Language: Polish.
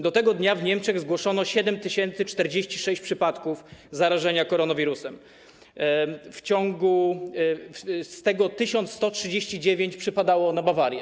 Do tego dnia w Niemczech zgłoszono 7046 przypadków zarażenia koronawirusem, z czego 1139 przypadało na Bawarię.